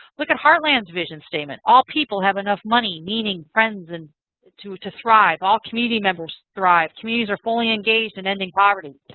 look at heartland's vision statement. all people have enough money, meaning friends, and to to thrive. all community members thrive. communities are fully engaged in ending poverty.